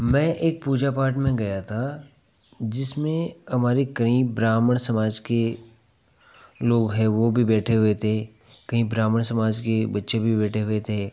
मैं एक पूजा पाठ में गया था जिसमें हमारे कई ब्राह्मण समाज के लोग है वो भी बैठे हुए थे कहीं ब्राह्मण समाज के बच्चे भी बैठे हुए थे